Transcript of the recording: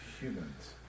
humans